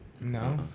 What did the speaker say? no